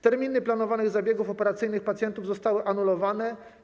Terminy planowanych zabiegów operacyjnych pacjentów zostały anulowane.